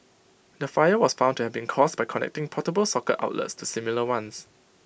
the fire was found to have been caused by connecting portable socket outlets to similar ones